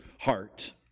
heart